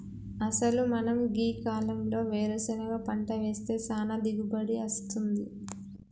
అసలు మనం గీ కాలంలో వేరుసెనగ పంట వేస్తే సానా దిగుబడి అస్తుంది